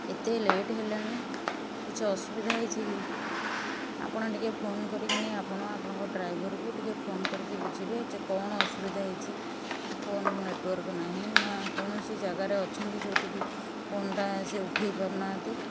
ଏତେ ଲେଟ୍ ହେଲାଣି କିଛି ଅସୁବିଧା ହୋଇଛି କି ଆପଣ ଟିକେ ଫୋନ୍ କରିକି ଆପଣ ଆପଣଙ୍କ ଡ୍ରାଇଭର୍କୁ ଟିକିଏ ଫୋନ୍ କରିକି ବୁଝିବେ ଯେ କ'ଣ ଅସୁବିଧା ହୋଇଛି କି ଫୋନ୍କୁ ନେଟୱାର୍କ୍ ନାହିଁ ନାଁ କୌଣସି ଜାଗାରେ ଅଛନ୍ତି ଯେଉଁଠିକି ଫୋନ୍ଟା ସେ ଉଠେଇ ପାରୁନାହାନ୍ତି